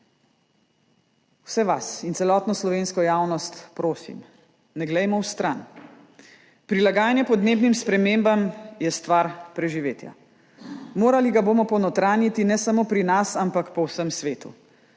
vse vas in celotno slovensko javnost prosim: ne glejmo vstran. Prilagajanje podnebnim spremembam je stvar preživetja. Morali ga bomo ponotranjiti, ne samo pri nas, ampak po vsem svetu.